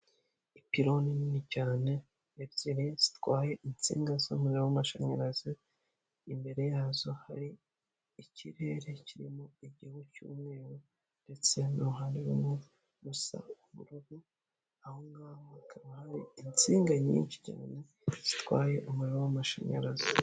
Ipironi nini cyane ebyiri zitwaye insinga z'umuriro w'amashanyarazi; imbere yazo hari ikirere kirimo igihu cy'umweru ndetse n'uruhande rumwe rusa ubururu; ahongaho hakaba hari insinga nyinshi cyane zitwaye umuriro w'amashanyarazi.